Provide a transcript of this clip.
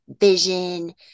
vision